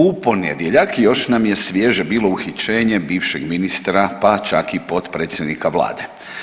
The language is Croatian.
U ponedjeljak još nam je svježe bilo uhićenja bivšeg ministra pa čak i potpredsjednika vlade.